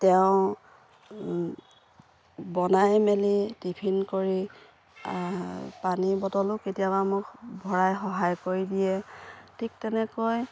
তেওঁ বনাই মেলি টিফিন কৰি পানী বটলো কেতিয়াবা মোক ভৰাই সহায় কৰি দিয়ে ঠিক তেনেকৈ